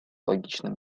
логичным